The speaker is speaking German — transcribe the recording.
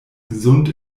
gesund